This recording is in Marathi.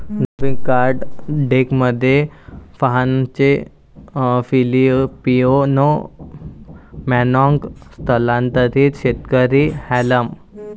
नवीन कार्ड डेकमध्ये फाहानचे फिलिपिनो मानॉन्ग स्थलांतरित शेतकरी हार्लेम